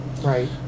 Right